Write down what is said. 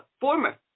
former